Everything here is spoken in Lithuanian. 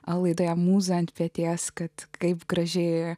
laidoje mūza ant peties kad kaip gražiai